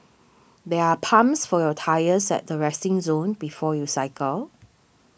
there are pumps for your tyres at the resting zone before you cycle